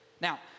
Now